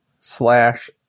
slash